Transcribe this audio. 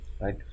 right